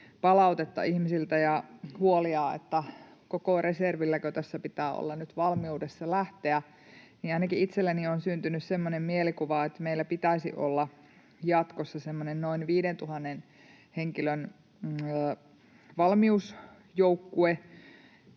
palautetta ihmisiltä ja huolia, että koko reservilläkö tässä pitää olla nyt valmiudessa lähteä. Ainakin itselleni on syntynyt sellainen mielikuva, että meillä pitäisi olla jatkossa semmoinen noin 5 000 henkilön valmiusjoukkue,